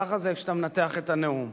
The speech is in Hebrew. ככה זה כשאתה מנתח את הנאום.